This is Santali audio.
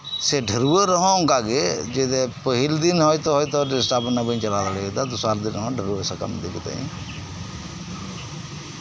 ᱥᱮ ᱰᱷᱟᱹᱨᱣᱟᱹᱜ ᱨᱮᱦᱚᱸ ᱚᱱᱠᱟ ᱜᱮ ᱯᱟᱦᱤᱞ ᱫᱤᱱ ᱦᱳᱭᱛᱳ ᱦᱳᱭᱛᱚ ᱰᱤᱥᱴᱟᱵᱽ ᱮᱱᱟ ᱵᱟᱹᱧ ᱪᱟᱞᱟᱣ ᱫᱟᱲᱮᱭᱟᱫᱟ ᱫᱚᱥᱟᱨ ᱫᱤᱱ ᱦᱚᱸ ᱰᱷᱟᱹᱨᱣᱟᱹᱜ ᱥᱟᱠᱟᱢ ᱤᱫᱤ ᱠᱟᱛᱮ ᱤᱧ